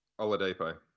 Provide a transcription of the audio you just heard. Oladipo